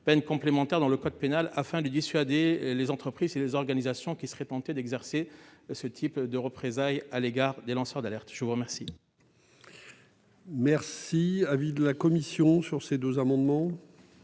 peine complémentaire dans le code pénal afin de dissuader les entreprises et les organisations qui seraient tentées d'exercer des représailles à l'égard des lanceurs d'alerte. Quel